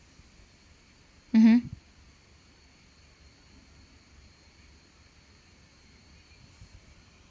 mmhmm